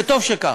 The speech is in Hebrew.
וטוב שכך.